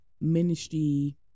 ministry